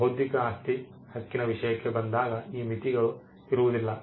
ಬೌದ್ಧಿಕ ಆಸ್ತಿ ಹಕ್ಕಿನ ವಿಷಯಕ್ಕೆ ಬಂದಾಗ ಈ ಮಿತಿಗಳು ಇರುವುದಿಲ್ಲ